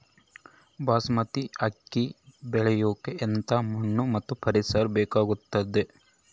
ಬಾಸ್ಮತಿ ಅಕ್ಕಿ ಬೆಳಿಯಕ ಎಂಥ ಮಣ್ಣು ಮತ್ತು ಪರಿಸರದ ಬೇಕಾಗುತೈತೆ?